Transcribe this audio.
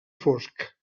fosc